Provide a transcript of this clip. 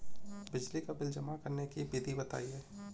बिजली का बिल जमा करने की विधि बताइए?